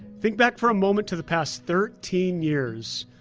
think back for a moment to the past thirteen years,